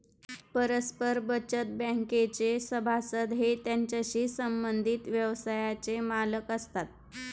परस्पर बचत बँकेचे सभासद हे त्याच्याशी संबंधित व्यवसायाचे मालक असतात